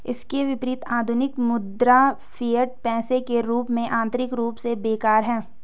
इसके विपरीत, आधुनिक मुद्रा, फिएट पैसे के रूप में, आंतरिक रूप से बेकार है